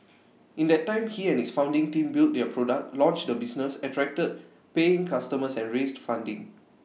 in that time he and his founding team built their product launched the business attracted paying customers and raised funding